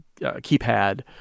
keypad